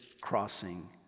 crossing